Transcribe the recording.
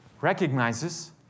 recognizes